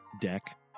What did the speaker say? deck